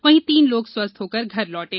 वहीं तीन लोग स्वस्थ होकर घर लौटे